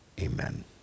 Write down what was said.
Amen